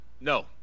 No